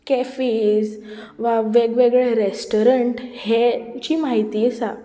cafes वा वेग वेगळे रेस्टुरंट हेंची म्हायती आसा